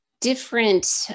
different